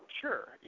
Sure